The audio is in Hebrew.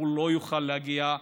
הוא לא יוכל להגיע.